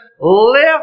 lift